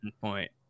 point